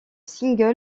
single